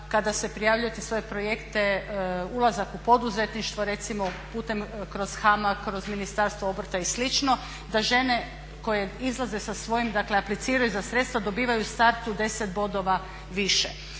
kada se prijavljujete svoje projekte ulazak u poduzetništvo recimo kroz HAMAG, kroz Ministarstvo obrta i slično, da žene koje izlaze sa svojim dakle apliciraju za sredstva, dobivaju u startu 10 bodova više.